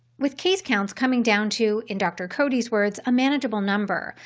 with case counts coming down to, in dr. cody's words, a manageable number,